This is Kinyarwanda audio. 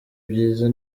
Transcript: byiza